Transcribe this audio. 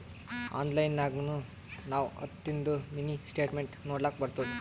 online ನಾಗ್ನು ನಾವ್ ಹತ್ತದಿಂದು ಮಿನಿ ಸ್ಟೇಟ್ಮೆಂಟ್ ನೋಡ್ಲಕ್ ಬರ್ತುದ